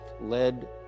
led